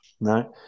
No